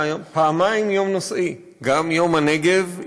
היה פעמיים יום נושאי: גם יום הנגב,